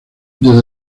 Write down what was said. desde